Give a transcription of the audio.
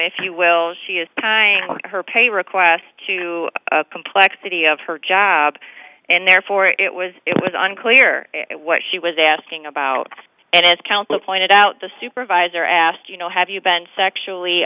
if you will she is time for her pay request to complexity of her job and therefore it was it was unclear what she was asking about and as counsel pointed out the supervisor asked you know have you been sexually